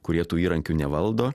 kurie tų įrankių nevaldo